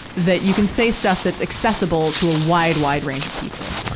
that you can say stuff that's accessible to a wide, wide range of people.